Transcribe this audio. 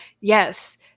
yes